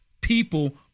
people